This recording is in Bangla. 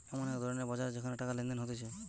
এমন এক ধরণের বাজার যেখানে টাকা লেনদেন হতিছে